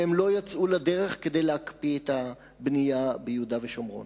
והם לא יצאו לדרך כדי להקפיא את הבנייה ביהודה ושומרון.